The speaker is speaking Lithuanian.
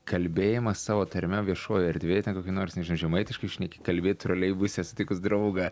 kalbėjimą savo tarme viešoj erdvėj kokį nors nežau žemaitiškai šnek kalbėt troleibuse sutikus draugą